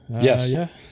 Yes